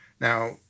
Now